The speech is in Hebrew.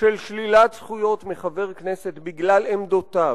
של שלילת זכויות מחבר כנסת בגלל עמדותיו,